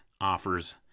offers